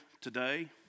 today